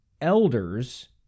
elders